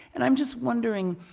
and i'm just wondering,